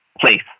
place